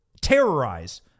terrorize